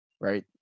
right